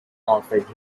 alfred